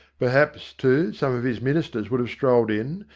perhaps, too, some of his ministers would have strolled in,